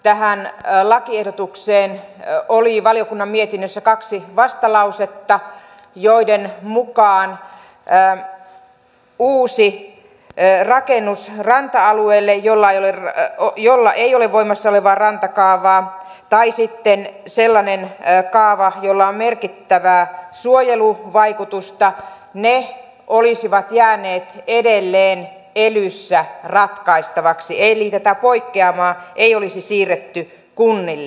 tähän lakiehdotukseen oli valiokunnan mietinnössä kaksi vastalausetta joiden mukaan tapaukset joissa on kyseessä uusi rakennus ranta alueelle jolla ei ole voimassa olevaa rantakaavaa tai sitten sellainen kaava jolla on merkittävää suojeluvaikutusta olisivat jääneet edelleen elyssä ratkaistavaksi eli näitä poikkeamia ei olisi siirretty kunnille